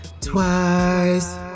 twice